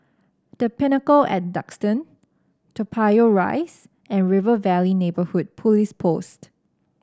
The Pinnacle ay Duxton Toa Payoh Rise and River Valley Neighbourhood Police Post